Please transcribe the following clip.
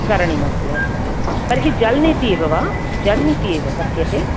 करणीयमस्ति अस्तु तर्हि जलनेतिः एव वा जलनेतिः एव कथ्यते